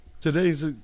today's